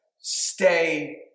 stay